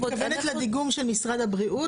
את מתכוונת לדיגום של משרד הבריאות,